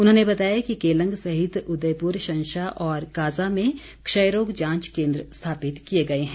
उन्होंने बताया कि केलंग सहित उदयपुर शंशा और काजा में क्षयरोग जांच केन्द्र स्थापित किए गए हैं